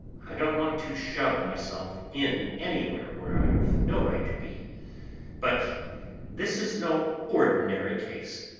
i don't want to shove myself in anywhere where i've no right to be but this is no ordinary case.